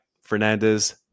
Fernandez